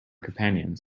companions